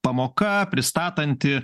pamoka pristatanti